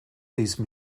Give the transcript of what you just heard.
these